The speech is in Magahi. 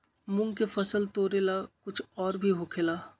मूंग के फसल तोरेला कुछ और भी होखेला?